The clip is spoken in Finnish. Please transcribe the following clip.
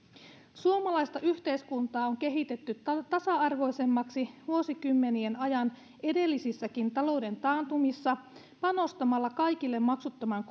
suomalaista yhteiskuntaa on kehitetty tasa arvoisemmaksi vuosikymmenien ajan edellisissäkin talouden taantumissa panostamalla kaikille maksuttomaan